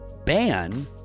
ban